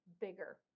bigger